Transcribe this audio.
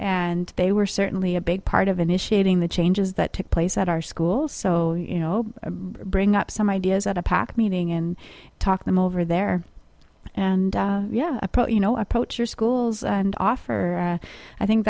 and they were certainly a big part of initiating the changes that took place at our school so you know bring up some ideas at a pac meaning and talk them over there and yeah you know approach your schools and offer i think